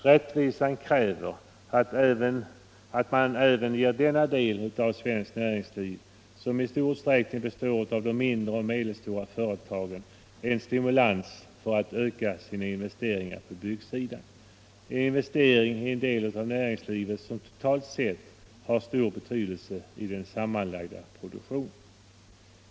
Rättvisan kräver att man även ger denna del av svenskt näringsliv, som i stor utsträckning består av mindre och medelstora företag, en stimulans för att öka byggnadsinvesteringar — investeringar i en del av näringslivet som totalt sett har stor betydelse i den sammanlagda produktionen.